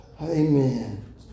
Amen